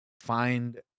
find